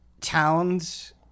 towns